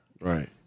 Right